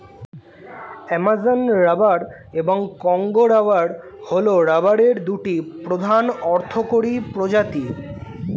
Amazon rubber এবং Congo rubber হল রাবারের দুটি প্রধান অর্থকরী প্রজাতি